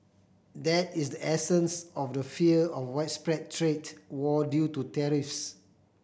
that is the essence of the fear of widespread trade war due to tariffs